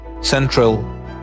central